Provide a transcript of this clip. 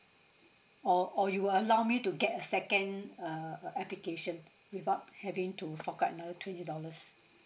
or or you will allow me to get a second err uh application without having to fork out another twenty dollars